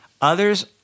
Others